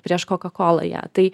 prieš coca cola ją tai